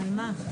אז כן.